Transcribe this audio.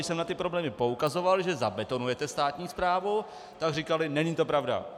Když jsem na ty problémy poukazoval, že zabetonujete státní správu, tak říkali: není to pravda.